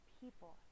people